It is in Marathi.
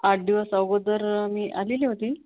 आठ दिवस अगोदर मी आलेली होती